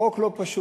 חוק לא פשוט.